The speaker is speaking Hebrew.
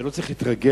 ולא צריכים להתרגש,